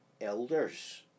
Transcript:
elders